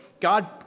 God